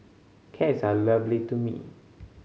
cats are lovely to me